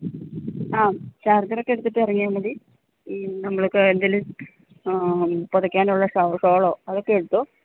ആ ചാർജറൊക്കെ എടുത്തിട്ട് ഇറങ്ങിയാൽ മതി നമ്മൾക്ക് എന്തെങ്കിലും പുതക്കാനുള്ള ഷോളോ അതൊക്കെ എടുത്തോ